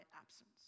absence